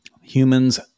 Humans